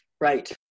Right